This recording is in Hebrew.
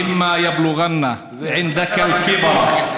( אל תגיד להם, קַצתי בכם,